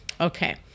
Okay